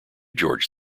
george